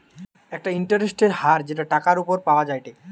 একটা ইন্টারেস্টের হার যেটা টাকার উপর পাওয়া যায়টে